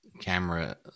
camera